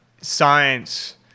science